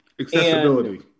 Accessibility